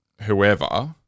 whoever